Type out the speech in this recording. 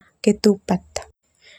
Ketupat.